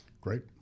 Great